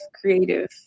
creative